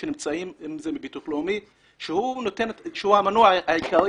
למשל ביטוח לאומי שהוא המנוע העיקרי